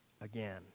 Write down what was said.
again